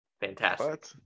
Fantastic